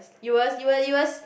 you was you were you was